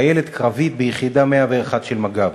חיילת קרבית ביחידה 101 של מג"ב.